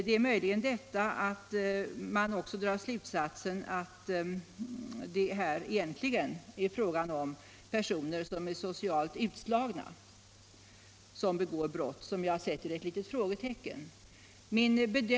Det är möjligen när man också drar slutsatsen att det egentligen är socialt utslagna personer som begår brott som jag sätter ett frågetecken.